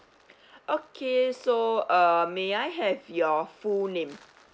okay so uh may I have your full name